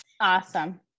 Awesome